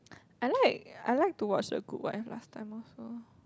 I like I like to watch the good wife last time also